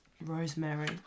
rosemary